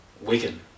Wigan